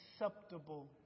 acceptable